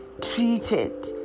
treated